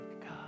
God